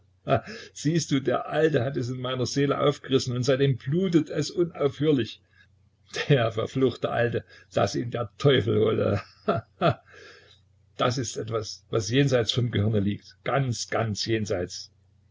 siehst du der alte hat es in meiner seele aufgerissen und seitdem blutet es unaufhörlich der verfluchte alte daß ihn der teufel hole he he das ist etwas was jenseits vom gehirne liegt ganz ganz jenseits